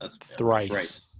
thrice